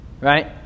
Right